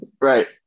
Right